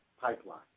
pipeline